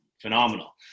phenomenal